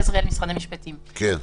כן.